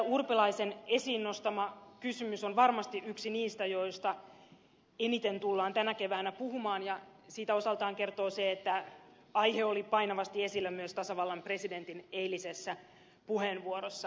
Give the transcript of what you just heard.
urpilaisen esiin nostama kysymys on varmasti yksi niistä joista eniten tullaan tänä keväänä puhumaan ja siitä osaltaan kertoo se että aihe oli painavasti esillä myös tasavallan presidentin eilisessä puheenvuorossa